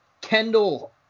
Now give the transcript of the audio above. Kendall